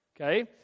okay